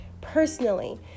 personally